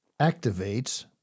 activates